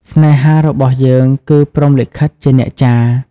ស្នេហារបស់យើងគឺព្រហ្មលិខិតជាអ្នកចារ។